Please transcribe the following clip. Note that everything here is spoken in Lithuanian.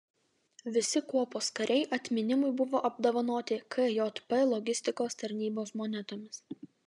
visi kuopos kariai atminimui buvo apdovanoti kjp logistikos tarnybos monetomis